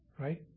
Right